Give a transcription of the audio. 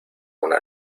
una